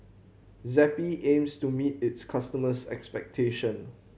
Zappy aims to meet its customers' expectation